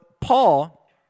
Paul